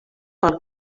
pel